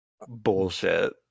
bullshit